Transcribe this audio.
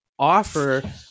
offer